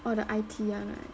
orh the I_T one right